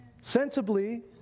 Sensibly